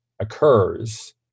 occurs